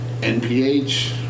NPH